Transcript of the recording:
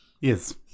Yes